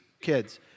kids